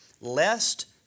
Lest